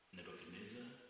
Nebuchadnezzar